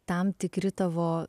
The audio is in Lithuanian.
tam tikri tavo